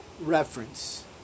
reference